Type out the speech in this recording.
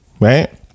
Right